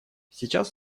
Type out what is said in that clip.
сейчас